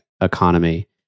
economy